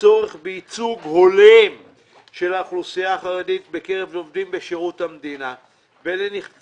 צורך בייצוג הולם של האוכלוסייה החרדית בקרב עובדים בשירות המדינה ולפיכך